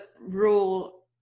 rule